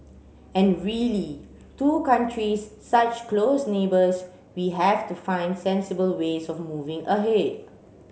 and really two countries such close neighbours we have to find sensible ways of moving ahead